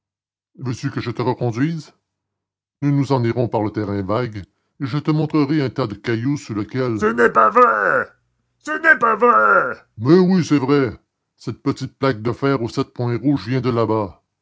veux-tu que je te reconduise nous nous en irons par le terrain vague et je te montrerai un tas de cailloux sous lequel ce n'est pas vrai ce n'est pas vrai mais oui c'est vrai cette petite plaque de fer aux sept points rouges vient de là-bas